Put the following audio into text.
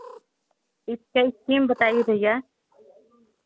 इसका स्कीम बताइए भैया